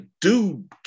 dude